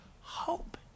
hope